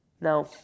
Now